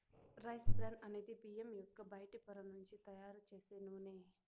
rice bran అనేది బియ్యం యొక్క బయటి పొర నుంచి తయారు చేసే నూనె